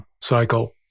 cycle